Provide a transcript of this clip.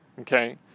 okay